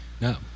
No